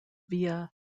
via